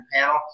panel